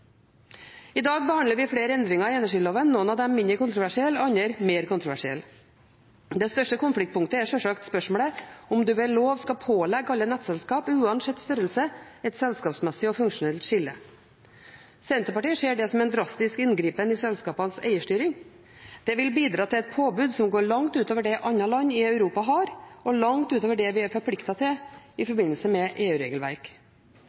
I dag behandler vi flere endringer i energiloven – noen av dem mindre kontroversielle, andre mer kontroversielle. Det største konfliktpunktet er sjølsagt spørsmålet om en ved lov skal pålegge alle nettselskap, uansett størrelse, et selskapsmessig og funksjonelt skille. Senterpartiet ser det som en drastisk inngripen i selskapenes eierstyring. Det vil bidra til et påbud som går langt utover det andre land i Europa har, og langt utover det vi er forpliktet til i